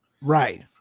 right